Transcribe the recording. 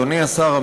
אדוני השר,